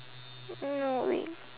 no wait